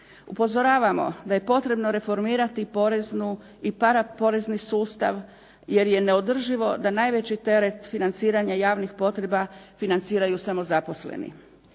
Upozoravamo da je potrebno reformirati poreznu i paraporezni sustav, jer je neodrživo da najveći teret financiranja javnih potreba financiraju samo zaposleni.